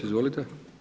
Izvolite.